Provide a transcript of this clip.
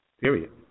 Period